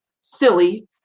silly